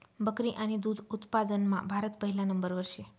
बकरी आणि दुध उत्पादनमा भारत पहिला नंबरवर शे